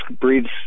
breeds